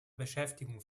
beschäftigung